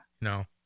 No